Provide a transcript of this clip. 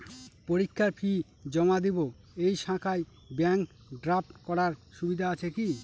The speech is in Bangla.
পরীক্ষার ফি জমা দিব এই শাখায় ব্যাংক ড্রাফট করার সুবিধা আছে কি?